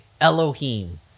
Elohim